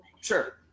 Sure